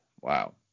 Wow